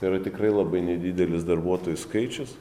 yra tikrai labai nedidelis darbuotojų skaičius